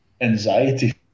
anxiety